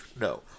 No